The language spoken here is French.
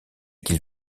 qu’il